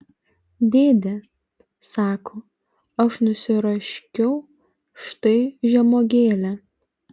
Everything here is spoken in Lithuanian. dėde sako aš nusiraškiau štai žemuogėlę